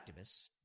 activists